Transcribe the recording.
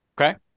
Okay